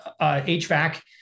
HVAC